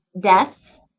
death